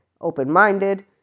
Open-minded